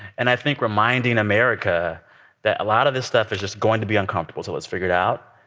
and i think reminding america that a lot of this stuff is just going to be uncomfortable till it's figured out,